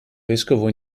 vescovo